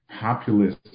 populist